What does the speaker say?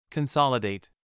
Consolidate